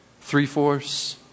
three-fourths